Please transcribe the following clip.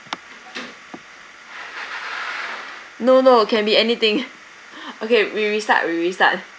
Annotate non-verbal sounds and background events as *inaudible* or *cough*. no no can be anything *laughs* okay we restart we restart